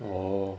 !whoa!